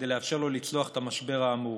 כדי לאפשר לו לצלוח את המשבר האמור